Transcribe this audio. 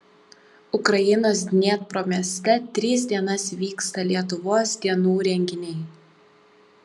ukrainos dniepro mieste tris dienas vyksta lietuvos dienų renginiai